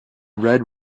red